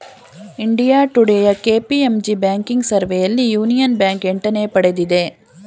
India ಟುಡೇಯ KPMG banking ಸರ್ವೆಯಲ್ಲಿ Union Bank ಎಂಟನೇ ಪಡೆದಿದೆ